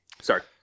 Sorry